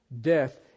death